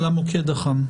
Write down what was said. על המוקד החם.